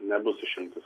nebus išimtis